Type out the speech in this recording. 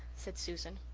said susan.